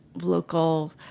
local